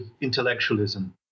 intellectualism